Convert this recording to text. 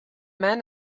man